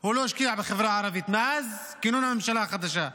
הוא לא השקיע בחברה הערבית מאז כינון הממשלה החדשה,